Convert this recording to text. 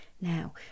now